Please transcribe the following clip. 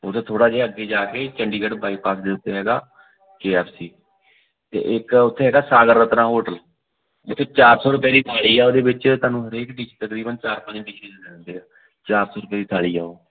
ਉਤੋਂ ਥੋੜ੍ਹਾ ਜਿਹਾ ਅੱਗੇ ਜਾ ਕੇ ਚੰਡੀਗੜ੍ਹ ਬਾਈਪਾਸ ਦੇ ਉੱਤੇ ਹੈਗਾ ਕੇਐਫਸੀ 'ਤੇ ਇੱਕ ਉੱਥੇ ਹੈਗਾ ਸਾਗਰ ਰਤਨਾ ਹੋਟਲ ਉੱਥੇ ਚਾਰ ਸੌ ਰੁਪਏ ਦੀ ਥਾਲੀ ਆ ਉਹਦੇ ਵਿੱਚ ਤੁਹਾਨੂੰ ਹਰੇਕ ਡੀਸ਼ ਤਕਰੀਬਨ ਚਾਰ ਪੰਜ ਡੀਸ਼ੀਸ ਦੇ ਦਿੰਦੇ ਆ ਚਾਰ ਸੌ ਰੁਪਏ ਦੀ ਥਾਲੀ ਆ ਉਹ